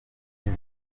zawe